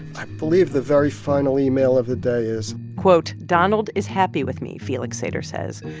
i believe the very final email of the day is. quote, donald is happy with me, felix sater says.